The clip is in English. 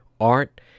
art